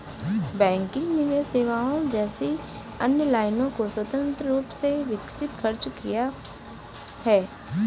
banking निवेश सेवाओं जैसी अन्य लाइनों को स्वतंत्र रूप से विकसित खर्च किया है